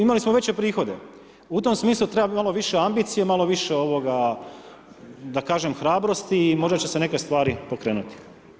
Imali smo veće prihode, u tome smislu treba malo više ambicije, malo više, ovoga, da kažem hrabrosti i možda će se neke stvari pokrenuti.